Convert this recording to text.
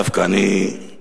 דווקא אני חשבתי